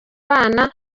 bana